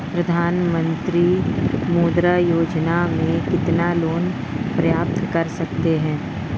प्रधानमंत्री मुद्रा योजना में कितना लोंन प्राप्त कर सकते हैं?